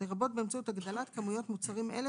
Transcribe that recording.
לרבות באמצעות הגדלת כמויות מוצרים אלה